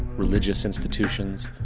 religious institutions.